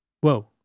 Whoa